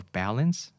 balance